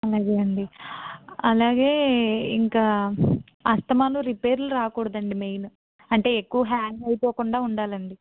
అలాగే అండి అలాగే ఇంకా అస్తమానం రిపేర్లు రాకూడడు అండి మెయిన్ అంటే ఎక్కువ హ్యాంగ్ అయిపోకుండా ఉండాలి అండి